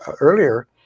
earlier